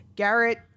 Garrett